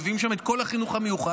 מביאים לשם את כל החינוך המיוחד.